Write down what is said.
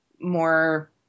more